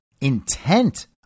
intent